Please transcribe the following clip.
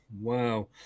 Wow